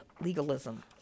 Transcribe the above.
legalism